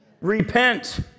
Repent